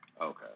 Okay